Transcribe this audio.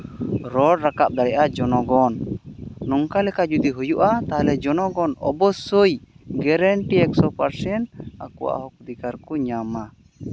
ᱨᱚᱲ ᱨᱟᱠᱟᱵ ᱫᱟᱲᱮᱭᱟᱜᱼᱟ ᱡᱚᱱᱚᱜᱚᱱ ᱱᱚᱝᱠᱟ ᱞᱮᱠᱟ ᱡᱩᱫᱤ ᱦᱩᱭᱩᱜᱼᱟ ᱛᱟᱦᱚᱞᱮ ᱡᱚᱱᱚᱜᱚᱱ ᱚᱵᱚᱥᱥᱳᱭ ᱜᱮᱨᱮᱱᱴᱤ ᱮᱠᱥᱚ ᱯᱟᱨᱥᱮᱱᱴ ᱟᱠᱚᱣᱟᱜ ᱦᱚᱸᱠ ᱚᱫᱷᱤᱠᱟᱨ ᱠᱚ ᱧᱟᱢᱟ